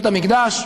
בית-המקדש,